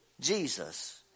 Jesus